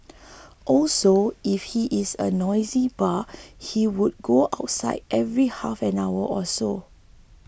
also if he is a noisy bar he would go outside every half an hour or so